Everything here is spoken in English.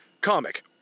comic